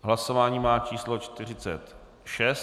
Hlasování má číslo 46.